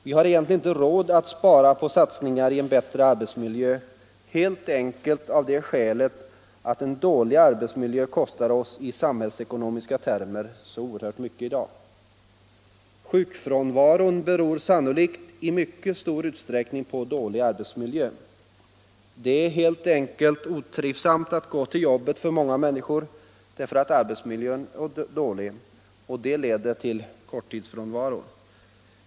Vi har egentligen inte råd att spara på satsningar i bättre arbetsmiljö, helt enkelt av det skälet att en dålig arbetsmiljö samhällsekonomiskt sett kostar oss så oerhört mycket i dag. Sjukfrånvaron beror sannolikt i mycket stor utsträckning på dålig arbetsmiljö. Det är otrivsamt att gå till jobbet för många människor, därför att arbetsmiljön är dålig. Det leder till korttidsfrånvaro.